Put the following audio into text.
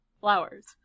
flowers